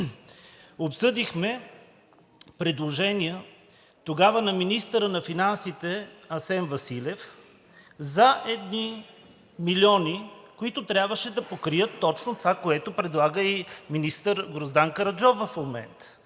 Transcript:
обсъдихме предложения – тогава на министъра на финансите Асен Василев, за едни милиони, които трябваше да покрият точно това, което в момента предлага и министър Гроздан Караджов.